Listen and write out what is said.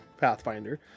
Pathfinder